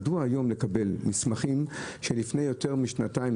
מדוע היום לקבל מסמכים של לפני יותר משנתיים,